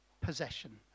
possession